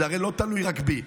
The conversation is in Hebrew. הרי זה לא תלוי רק בי.